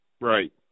Right